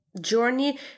journey